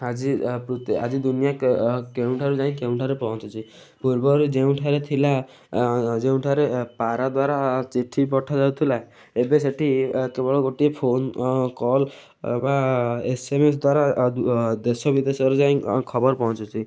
ଆଜି ଆଜି ଦୁନିଆ କେଉଁଠାରୁ ଯାଇ କେଉଁଠାରେ ପହଞ୍ଚୁଛି ପୂର୍ବରେ ଯେଉଁଠାରେ ଥିଲା ଯେଉଁଠାରେ ପାରା ଦ୍ୱାରା ଚିଠି ପଠାଯାଉଥିଲା ଏବେ ସେଠି ଏ କେବଳ ଗୋଟିଏ ଫୋନ୍ କଲ୍ ବା ଏସ୍ ଏମ୍ ଏସ୍ ଦ୍ୱାରା ଦେଶ ବିଦେଶରେ ଯାଇ ଖବର ପହଞ୍ଚୁଛି